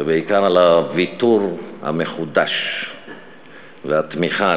בעיקר על הוויתור המחודש והתמיכה,